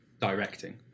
directing